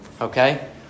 Okay